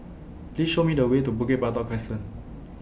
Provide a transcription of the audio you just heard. Please Show Me The Way to Bukit Batok Crescent